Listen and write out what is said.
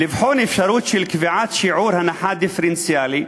לבחון אפשרות של קביעת שיעור הנחה דיפרנציאלי,